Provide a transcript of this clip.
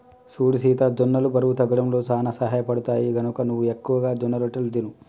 సూడు సీత జొన్నలు బరువు తగ్గడంలో సానా సహయపడుతాయి, గనక నువ్వు ఎక్కువగా జొన్నరొట్టెలు తిను